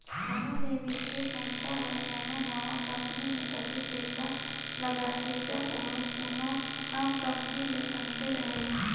कोनो भी बित्तीय संस्था हर कोनो नावा कंपनी में तबे पइसा लगाथे जब ओहर कोनो आम कंपनी ले अन्ते रहें